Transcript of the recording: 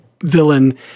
villain